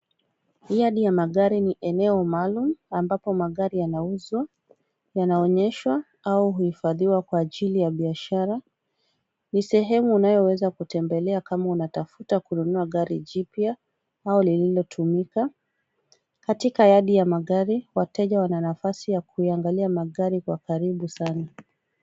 Yadi ya magari ni eneo maalum ambapo magari yanauzwa, yanaonyeshwa au kuhifadhiwa kwa ajili ya biashara. Ni sehemu unayoweza kutembelea kama unatafuta kununua gari jipya au liilotumika. Katika yadi ya magari wateja wana nafasi ya kuyaangalia magari kwa karibu sana.